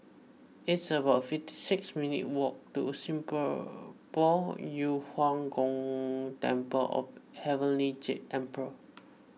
it's about fifty six minutes' walk to Yu Huang Gong Temple of Heavenly Jade Emperor